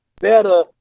better